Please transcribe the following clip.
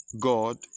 God